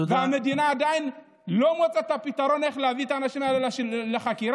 והמדינה עדיין לא מצאה פתרון איך להביא את האנשים האלה לחקירה?